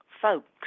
Folks